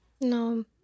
No